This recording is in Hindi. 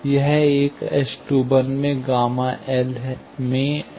यह है S 21 में Γ L में S 21